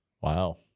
Wow